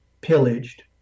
pillaged